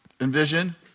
Envision